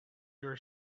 your